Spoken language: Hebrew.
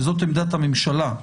וזאת עמדת הממשלה.